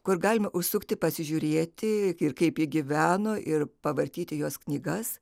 kur galima užsukti pasižiūrėti kaip ji gyveno ir pavartyti jos knygas